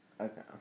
Okay